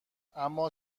اما